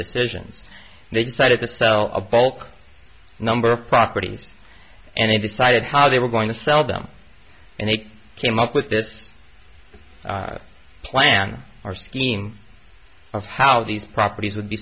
decisions they decided to sell a bulk number of properties and they decided how they were going to sell them and they came up with this plan our scheme of how these properties would be